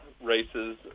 races